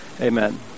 Amen